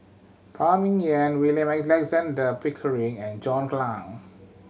Phan Ming Yen William Alexander Pickering and John Clang